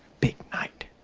big night